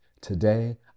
Today